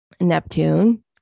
Neptune